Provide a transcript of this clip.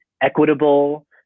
equitable